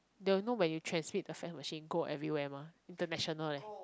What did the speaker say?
they will know when you transmit the fax machine go everywhere mah international leh